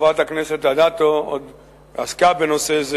חברת הכנסת אדטו עוד עסקה בנושא זה